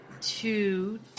two